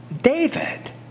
David